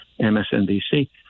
MSNBC